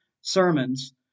sermons